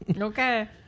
Okay